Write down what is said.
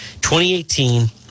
2018